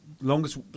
Longest